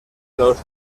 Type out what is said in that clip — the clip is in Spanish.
los